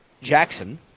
Jackson